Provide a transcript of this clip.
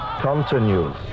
continues